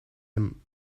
hem